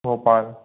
Bhopal